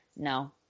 No